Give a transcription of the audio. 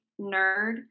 nerd